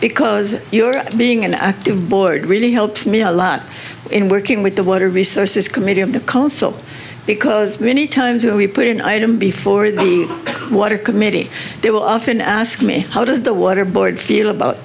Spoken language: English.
because you are being an active board really helps me a lot in working with the water resources committee of the council because many times when we put an item before the water committee they will often ask me how does the water board feel about